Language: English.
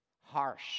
Harsh